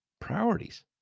Priorities